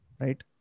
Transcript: right